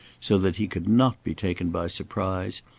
so that he could not be taken by surprise,